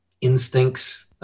instincts